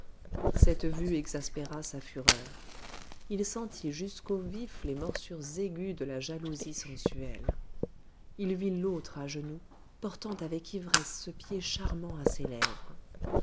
cette vue exaspéra sa fureur il sentit jusqu'au vif les morsures aiguës de la jalousie sensuelle il vit l'autre à genoux portant avec ivresse ce pied charmant à ses lèvres